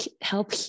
help